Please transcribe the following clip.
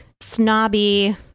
snobby